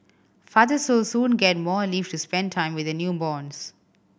fathers will soon get more leave to spend time with their newborns